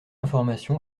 information